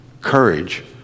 courage